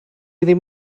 ddim